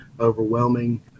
Overwhelming